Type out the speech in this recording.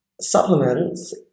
supplements